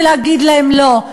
ולהגיד להם לא.